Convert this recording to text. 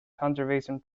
conservation